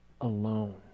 alone